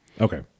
Okay